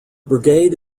brigade